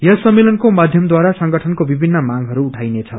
यस सम्मेलनको माध्यमद्वारा संगठनको विभिन्न मांगहरू उठाइनेछ